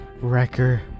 Wrecker